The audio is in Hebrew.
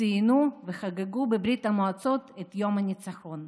ציינו וחגגו בברית המועצות את יום הניצחון.